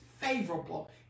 favorable